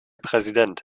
präsident